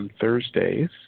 Thursdays